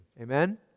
Amen